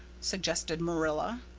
suggested marilla.